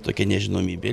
tokia nežinomybė